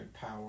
power